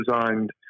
designed